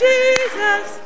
Jesus